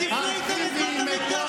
כבוד לאנשים קודם כול.